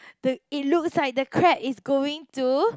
the it looks like the crab is going to